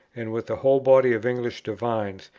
and with the whole body of english divines,